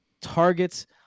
targets